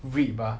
rib ah